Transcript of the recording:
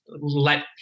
let